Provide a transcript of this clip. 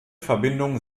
verbindungen